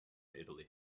italy